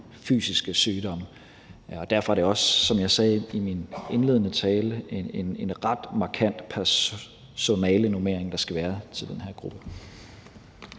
fysiske sygdomme. Og derfor er det også, som jeg sagde i min indledende tale, en ret markant personalenormering, der skal være til den her gruppe.